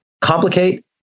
complicate